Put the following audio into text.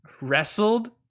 wrestled